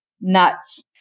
nuts